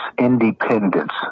independence